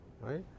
Right